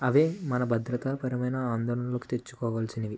అవే మన భద్రతాపరమైన ఆందోళనలకు తెచ్చుకోవలసినవి